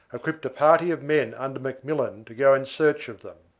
equipped a party of men under mcmillan to go in search of them.